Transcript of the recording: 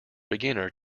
beginner